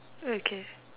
okay